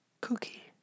Cookie